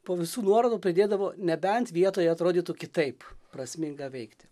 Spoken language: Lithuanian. po visų nuorodų pridėdavo nebent vietoj atrodytų kitaip prasminga veikti